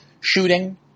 shooting